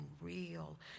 real